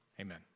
Amen